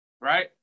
right